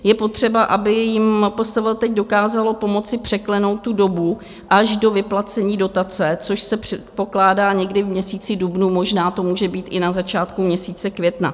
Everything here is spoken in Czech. Je potřeba, aby jim MPSV teď dokázalo pomoci překlenout tu dobu až do vyplacení dotace, což se předpokládá někdy v měsíci dubnu, možná to může být i na začátku měsíce května.